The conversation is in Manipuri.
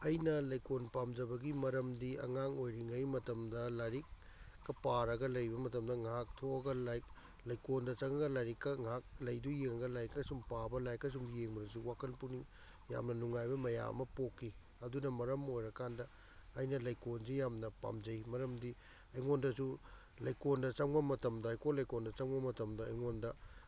ꯑꯩꯅ ꯂꯩꯀꯣꯜ ꯄꯥꯝꯖꯕꯒꯤ ꯃꯔꯝꯗꯤ ꯑꯉꯥꯡ ꯑꯣꯏꯔꯤꯉꯩ ꯃꯇꯝꯗ ꯂꯥꯏꯔꯤꯛꯀ ꯄꯥꯔꯒ ꯂꯩꯕ ꯃꯇꯝꯗ ꯉꯥꯏꯍꯥꯛ ꯊꯣꯛꯑꯒ ꯂꯩꯀꯣꯜꯗ ꯆꯪꯉꯒ ꯂꯥꯏꯔꯤꯛꯀ ꯉꯥꯏꯍꯥꯛ ꯂꯩꯗꯨ ꯌꯦꯡꯉꯒ ꯂꯥꯏꯔꯤꯛꯀ ꯁꯨꯝ ꯄꯥꯕ ꯂꯥꯤꯔꯤꯛꯀ ꯁꯨꯝ ꯌꯦꯡꯕꯗꯁꯨ ꯋꯥꯈꯜ ꯄꯨꯛꯅꯤꯡ ꯌꯥꯝꯅ ꯅꯨꯡꯉꯥꯏꯕ ꯃꯌꯥꯝ ꯑꯃ ꯄꯣꯛꯈꯤ ꯑꯗꯨꯅ ꯃꯔꯝ ꯑꯣꯏꯔꯀꯥꯟꯗ ꯑꯩꯅ ꯂꯩꯀꯣꯜꯁꯤ ꯌꯥꯝꯅ ꯄꯥꯝꯖꯩ ꯃꯔꯝꯗꯤ ꯑꯩꯉꯣꯡꯗꯁꯨ ꯂꯩꯀꯣꯜꯗ ꯆꯪꯕ ꯃꯇꯝꯗ ꯍꯩꯀꯣꯜ ꯂꯩꯀꯣꯜꯗ ꯆꯪꯕ ꯃꯇꯝꯗ ꯑꯩꯉꯣꯟꯗ